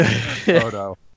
photo